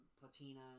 platina